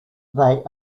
they